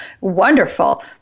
wonderful